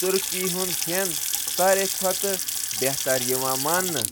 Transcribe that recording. ترکیُک کھٮ۪ن یُس تہِ مشہوٗر چھُ۔